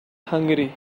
hungry